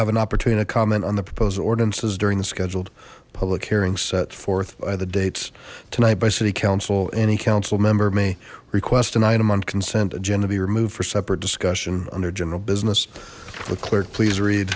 have an opportunity to comment on the proposal ordinances during the scheduled public hearing set forth by the dates tonight by city council any council member may request an item on consent agenda be removed for separate discussion under general business the clerk please read